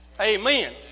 Amen